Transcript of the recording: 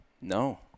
no